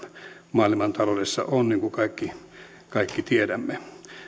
maailman taloudessa on niin kuin kaikki tiedämme